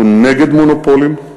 אנחנו נגד מונופולים,